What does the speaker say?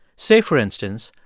say, for instance,